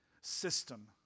system